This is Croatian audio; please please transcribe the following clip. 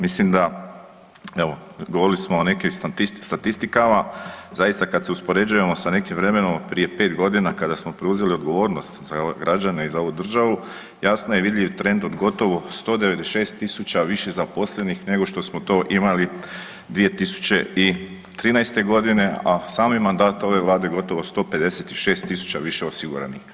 Mislim da evo govorili smo o nekim statistikama, zaista kad se uspoređujemo sa nekim vremenom od prije 5.g. kada smo preuzeli odgovornost za ove građane i za ovu državu jasno je vidljiv trend od gotovo 196.000 više zaposlenih nego što smo to imali 2013.g., a sami mandat ove vlade gotovo 156.000 više osiguranika.